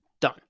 Done